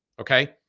Okay